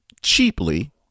cheaply